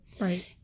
Right